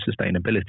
sustainability